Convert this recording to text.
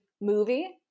movie